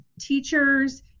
teachers